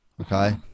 Okay